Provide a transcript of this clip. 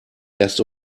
erst